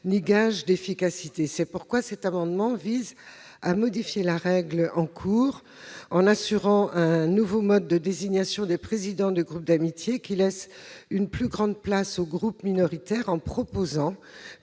un gage d'efficacité. C'est la raison pour laquelle cet amendement vise à modifier la règle en cours en assurant un nouveau mode de désignation des présidents des groupes d'amitié, qui laisse une plus grande place aux groupes minoritaires. Nous proposons